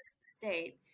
state